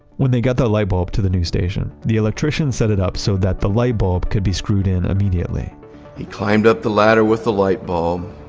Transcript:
when they got the light bulb to the new station, the electrician set it up so that the light bulb could be screwed in immediately he climbed up the ladder with the light bulb,